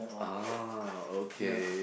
ah okay